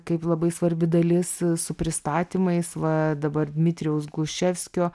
kaip labai svarbi dalis su pristatymais va dabar dmitrijaus gluščevskio